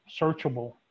searchable